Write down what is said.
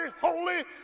holy